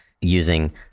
using